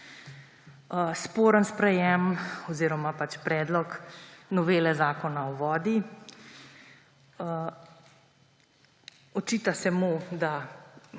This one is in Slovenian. sporno sprejetje oziroma predlog novele Zakona o vodi. Očita se mu, da